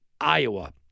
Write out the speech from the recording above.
Iowa